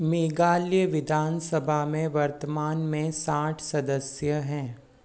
मेघालय विधानसभा में वर्तमान में साठ सदस्य हैं